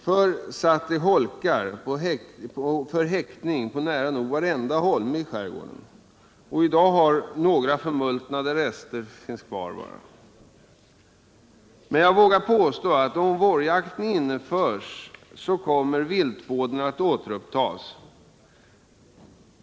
Förr satt det holkar för häckning på nära nog varenda holme. I dag finns bara förmultnade rester av holkar. Men jag vågar påstå att om vårjakten införs så kommer viltvården att återupptas.